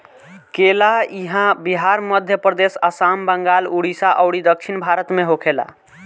केला इहां बिहार, मध्यप्रदेश, आसाम, बंगाल, उड़ीसा अउरी दक्षिण भारत में होखेला